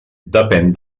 depèn